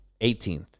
18th